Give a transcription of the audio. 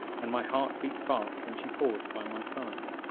and my heart beat fast when she paused by my side.